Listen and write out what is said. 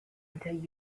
until